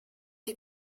sie